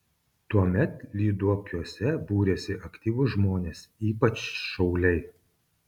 tuomet lyduokiuose būrėsi aktyvūs žmonės ypač šauliai